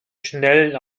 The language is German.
schnellen